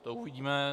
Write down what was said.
To uvidíme.